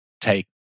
take